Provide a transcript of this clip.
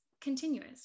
continuous